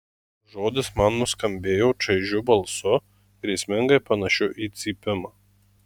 žodis man nuskambėjo čaižiu balsu grėsmingai panašiu į cypimą